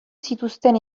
zituzten